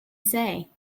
say